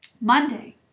Monday